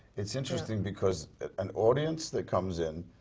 it's interesting because an audience that comes in,